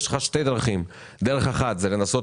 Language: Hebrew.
יש לך שתי דרכים: דרך אחת היא לנסות